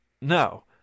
no